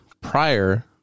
prior